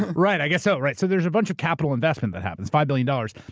right, i guess so. right. so there's a bunch of capital investment that happens, five billion dollars,